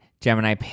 Gemini